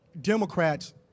Democrats